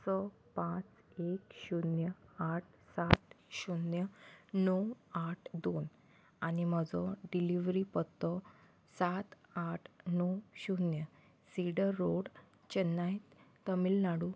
स पांच एक शुन्य आठ सात शुन्य णव आठ दोन आनी म्हजो डिलिवरी पत्तो सात आठ णव शुन्य सेडर रोड चेन्नय तामिलनाडू